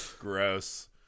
Gross